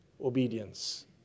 obedience